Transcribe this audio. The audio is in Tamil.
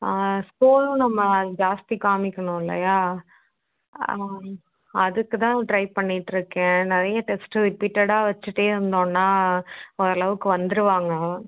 ஸ்கூலும் நம்ம ஜாஸ்தி காமிக்கணும் இல்லையா அதுக்குதான் ட்ரை பண்ணிட்டுயிருக்கேன் நிறைய டெஸ்ட்டு ரிப்பீட்டடாக வச்சுட்டேருந்தோன்னா ஓரளவுக்கு வந்துருவாங்க